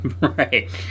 Right